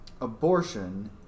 abortion